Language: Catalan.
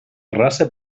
raça